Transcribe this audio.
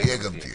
תהיה גם תהיה.